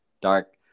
Dark